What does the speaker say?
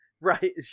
Right